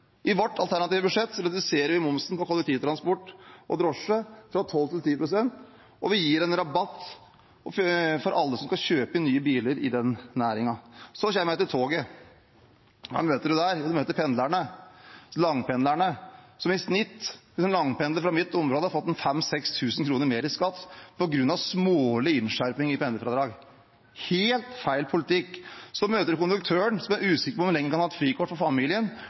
I vårt alternative budsjett reduserer vi momsen på kollektivtransport og drosje fra 12 pst. til 10 pst., og vi gir rabatt for alle som skal kjøpe nye biler i den næringen. Så kommer jeg til toget. Hvem møter man der? Man møter pendlerne – langpendlerne – som i snitt ved å langpendle fra mitt område har fått 5 000–6 000 kr mer i skatt på grunn av smålig innskjerping i pendlerfradrag. Det er helt feil politikk. Så møter man konduktøren, som er usikker på om han lenger kan ha frikort for familien